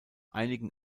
einigen